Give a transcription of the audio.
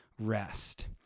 rest